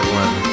one